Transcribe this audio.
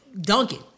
dunking